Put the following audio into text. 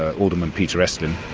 ah alderman peter estlin,